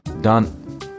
done